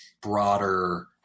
broader